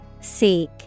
Seek